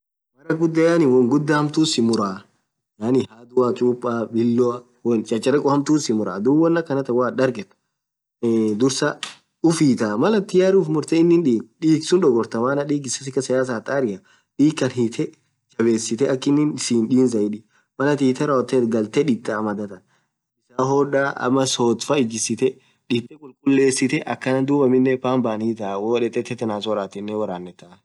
Maraaa ghudha yaani won ghudha hamtuu simuraaa yaani hadhua chuppaa bilow wonn chacharekho hamtuthi simuraaa dhub wonn akhanatha woathin dharghethu aaa dhursaa ufuhitaaa Mal atha tayari uffu murthee innin dhighu dhiig suun dhogorthaa dhiig suun isaa sikasaa yau hataria dhiig Khan hithee jabesithe akhinin sii hindhii zaidi Mal atin hithe rawothethu ghalthee dhithaa madhathan bisan Hodhaa ama sodh ithi jisithee dithee khulkhullesithe akhana dhub pambann hithaaa woo dhethee tethenas woranthu hii woranethaa